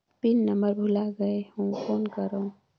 Pin number भुला गयें हो कौन करव?